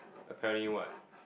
apparently what